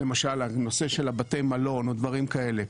למשל הנושא של בתי המלון או דברים כאלה,